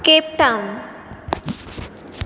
Cape Town